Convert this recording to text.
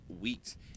weeks